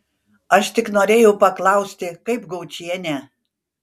aš tik norėjau paklausti kaip gaučienė